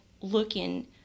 looking